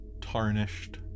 tarnished